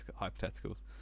hypotheticals